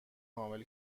کامل